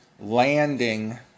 landing